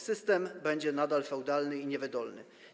System będzie nadal feudalny i niewydolny.